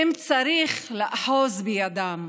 ואם צריך לאחוז בידם,